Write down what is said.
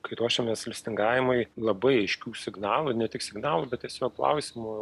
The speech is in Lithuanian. kai ruošiamės listingavimui labai aiškių signalų ne tik signalų bet tiesiog klausimų